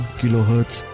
kilohertz